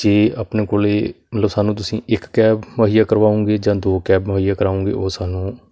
ਜੇ ਆਪਣੇ ਕੋਲ ਮਤਲਬ ਸਾਨੂੰ ਤੁਸੀਂ ਇੱਕ ਕੈਬ ਮੁਹੱਈਆ ਕਰਵਾਓਂਗੇ ਜਾਂ ਦੋ ਕੈਬ ਮੁਹੱਈਆ ਕਰਵਾਓਂਗੇ ਉਹ ਸਾਨੂੰ